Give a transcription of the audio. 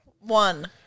One